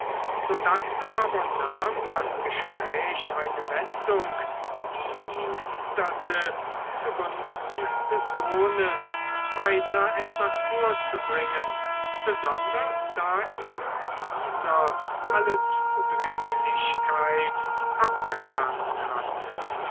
sodann aber nahm das gespräch eine wendung die ihn hinderte zugunsten des sohnes weiter etwas vorzubringen besonders da ihm dieser alle zudringlichkeit abgeraten hatte